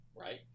right